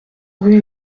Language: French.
rue